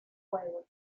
fuego